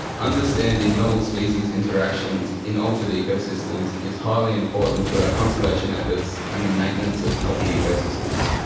understanding novel species interactions in altered ecosystems is highly important to our conservation efforts and the maintenance of healthy ecosystems.